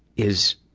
is,